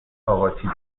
آقاچیزی